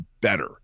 better